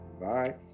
bye